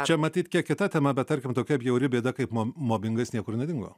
čia matyt kiek kita tema bet tarkim tokia bjauri bėda kaip mom mobingas niekur nedingo